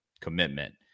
commitment